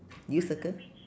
did you circle